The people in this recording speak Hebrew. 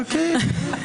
חכי.